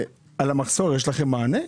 על המחסור יש לכם מענה?